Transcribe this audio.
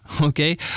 okay